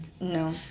No